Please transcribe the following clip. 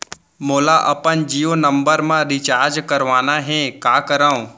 मोला अपन जियो नंबर म रिचार्ज करवाना हे, का करव?